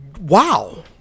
Wow